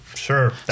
Sure